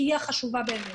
כי היא החשובה באמת.